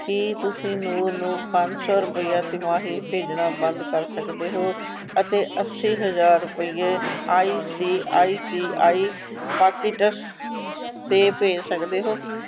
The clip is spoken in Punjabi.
ਕੀ ਤੁਸੀਂ ਨੂਰ ਨੂੰ ਪੰਜ ਸੌ ਰੁਪਈਆ ਤਿਮਾਹੀ ਭੇਜਣਾ ਬੰਦ ਕਰ ਸਕਦੇ ਹੋ ਅਤੇ ਅੱਸੀ ਹਜ਼ਾਰ ਰੁਪਈਏ I C I C I pockets 'ਤੇ ਭੇਜ ਸਕਦੇ ਹੋ